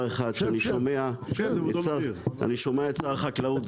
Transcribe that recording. כשאני שומע את שר החקלאות,